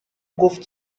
گفت